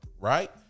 right